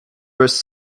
was